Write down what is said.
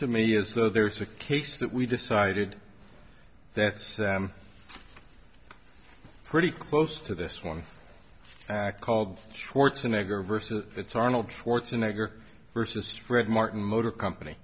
to me as though there's a case that we decided that's pretty close to this one act called schwarzer nigger versus it's arnold schwarzenegger versus fred martin motor company